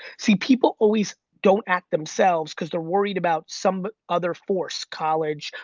see, people always don't act themselves cause they're worried about some other force, college,